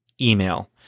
email